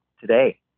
today